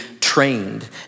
trained